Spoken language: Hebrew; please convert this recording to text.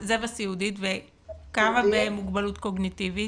וכמה במוגבלות קוגניטיבית?